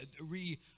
re